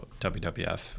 WWF